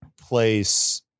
place